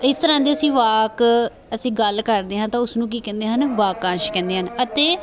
ਇਸ ਤਰ੍ਹਾਂ ਦੇ ਅਸੀਂ ਵਾਕ ਅਸੀਂ ਗੱਲ ਕਰਦੇ ਹਾਂ ਤਾਂ ਉਸ ਨੂੰ ਕੀ ਕਹਿੰਦੇ ਹਨ ਵਾਕਾਂਸ਼ ਕਹਿੰਦੇ ਹਨ ਅਤੇ